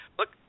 Look